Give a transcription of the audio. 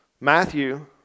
Matthew